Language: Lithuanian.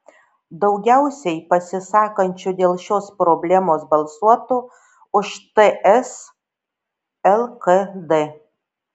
daugiausiai pasisakančių dėl šios problemos balsuotų už ts lkd